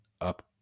up